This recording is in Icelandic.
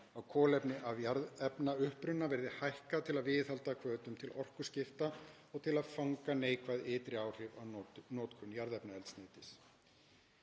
á kolefni af jarðefnauppruna verði hækkað til að viðhalda hvötum til orkuskipta og til að fanga neikvæð ytri áhrif af notkun jarðefnaeldsneytis.